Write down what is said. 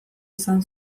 izan